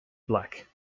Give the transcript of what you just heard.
black